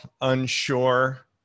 unsure